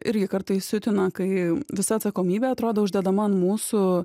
irgi kartais siutina kai visa atsakomybė atrodo uždedama ant mūsų